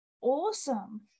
awesome